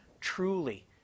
Truly